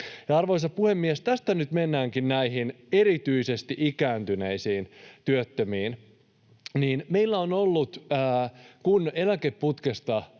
Arvoisa puhemies! Tästä nyt mennäänkin erityisesti näihin ikääntyneisiin työttömiin. Kun eläkeputkesta